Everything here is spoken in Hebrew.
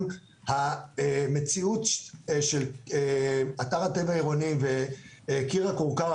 המציאות של אתר הטבע העירוני וקיר הכורכר,